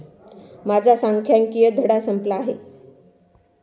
माझा सांख्यिकीय धडा संपला आहे